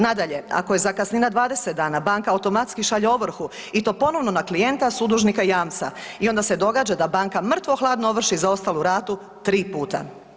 Nadalje, ako je zakasnina 20 dana, banka automatski šalje ovrhu i to ponovno na klijenta, sudužnika i jamca i onda se događa da banka mrtvo-hladno ovrši zaostalu ratu tri puta.